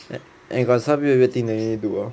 and and got some weird weird thing you need do oh